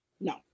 no